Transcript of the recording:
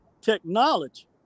technology